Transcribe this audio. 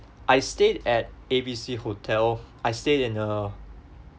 I stayed at A B C hotel I stayed in a